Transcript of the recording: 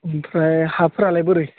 ओमफ्राय हाफोरालाय बोरै